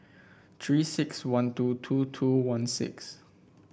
Three six one two two two one six